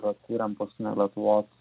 atkūrėm paskutinę lietuvos